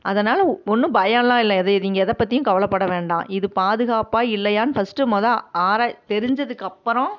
அதனால் ஒன்றும் பயல்லாம் இல்லை எது நீங்கள் எதை பற்றியும் கவலைப்பட வேண்டாம் இது பாதுகாப்பா இல்லையான்னு ஃபர்ஸ்ட்டு மொதல் ஆரா தெரிஞ்சதுக்கப்பறம்